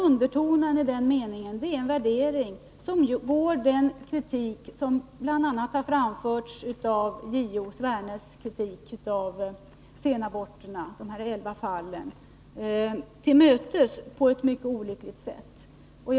Undertonen i den meningen är en värdering som på ett mycket olyckligt sätt går till mötes den kritik som bl.a. framförts av JO Tor Sverne.